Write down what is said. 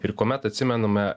ir kuomet atsimename